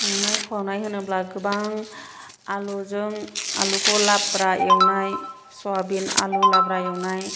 संनाय खावनाय होनोब्ला गोबां आलुजों आलुखौ लाब्रा एवनाय सयाबिन लाब्रा एवनाय